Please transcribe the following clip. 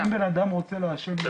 אם בן אדם רוצה לעשן בעצמו